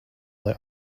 lai